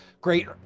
great